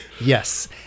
yes